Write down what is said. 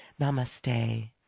Namaste